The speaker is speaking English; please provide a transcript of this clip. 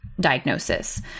Diagnosis